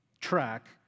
track